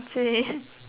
k